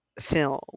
film